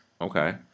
Okay